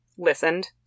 listened